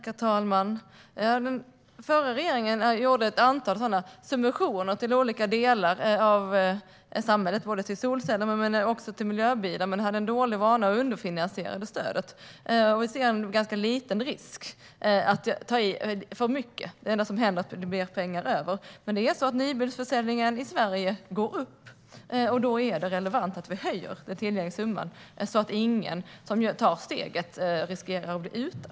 Herr talman! Den förra regeringen gjorde ett antal subventioner till olika delar av samhället - både till solceller och till miljöbilar - men man hade en dålig vana att underfinansiera stödet. Vi ser en ganska liten risk med att ta i för mycket. Det enda som händer är att det blir pengar över. Det är dock så att nybilsförsäljningen i Sverige går upp, och då är det relevant att höja den tillgängliga summan så att ingen som tar steget riskerar att bli utan.